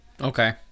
Okay